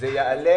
זה יעלה,